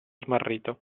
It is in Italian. smarrito